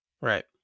right